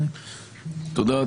תודה.